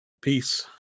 peace